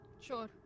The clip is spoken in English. Sure